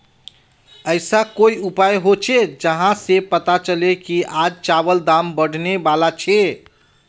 ऐसा कोई उपाय होचे जहा से पता चले की आज चावल दाम बढ़ने बला छे?